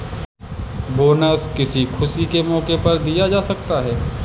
bonus किसी खुशी के मौके पर दिया जा सकता है